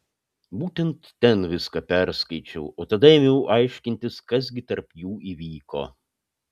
būtent ten viską perskaičiau o tada ėmiau aiškintis kas gi tarp jų įvyko